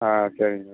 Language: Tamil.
ஆ சரிங்க சார்